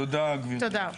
תודה, גברתי היושבת-ראש.